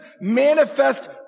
manifest